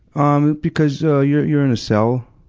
um because, ah, you're, you're in a cell.